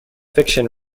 fiction